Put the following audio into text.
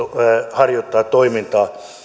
harjoittaa toimintaa